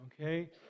Okay